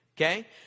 Okay